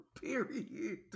Period